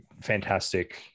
fantastic